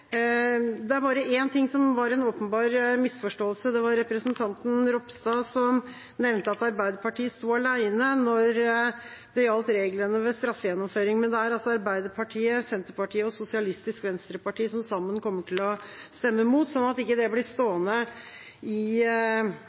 Det var bare én ting som var en åpenbar misforståelse: Representanten Ropstad nevnte at Arbeiderpartiet sto alene når det gjaldt reglene ved straffegjennomføring, men det er altså Arbeiderpartiet, Senterpartiet og SV som sammen kommer til å stemme mot – sånn at ikke det blir stående i